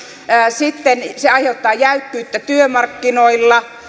sitten se aiheuttaa jäykkyyttä työmarkkinoilla